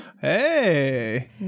Hey